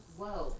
Whoa